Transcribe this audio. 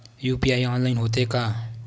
UPI online होथे का?